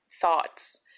thoughts